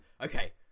okay